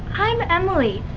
i'm emily.